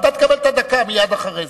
אתה תקבל את הדקה מייד אחרי זה.